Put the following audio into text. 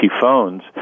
phones